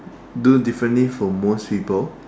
do differently for most people